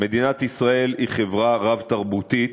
מדינת ישראל היא חברה רב-תרבותית,